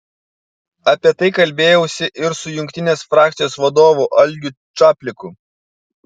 apie tai kalbėjausi ir su jungtinės frakcijos vadovu algiu čapliku